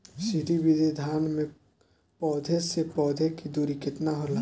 श्री विधि धान में पौधे से पौधे के दुरी केतना होला?